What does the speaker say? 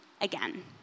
again